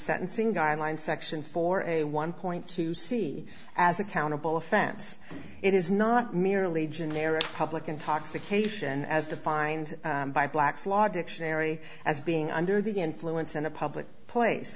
sentencing guidelines section for a one dollar c as accountable offense it is not merely generic public intoxication as defined by black's law dictionary as being under the influence in a public place